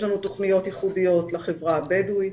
יש לנו תוכניות ייחודיות לחברה הבדואית,